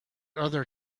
other